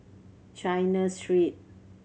China Street